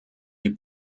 die